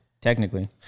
technically